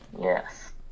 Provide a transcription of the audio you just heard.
Yes